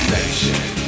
Nation